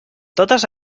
totes